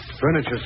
furniture